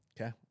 Okay